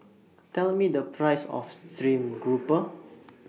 Tell Me The Price of Stream Grouper